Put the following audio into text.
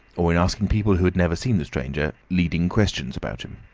or in asking people who had never seen the stranger, leading questions about him.